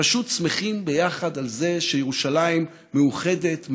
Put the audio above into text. פשוט שמחים ביחד על זה שירושלים מאוחדת,